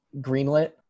greenlit